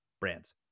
brands